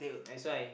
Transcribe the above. that's why